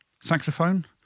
saxophone